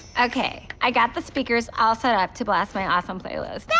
okay, i got the speakers all set up to blast my awesome playlist.